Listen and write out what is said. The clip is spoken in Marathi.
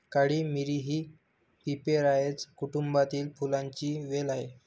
काळी मिरी ही पिपेरासाए कुटुंबातील फुलांची वेल आहे